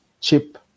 chip